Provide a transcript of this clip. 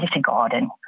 garden